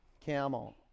Camel